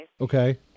Okay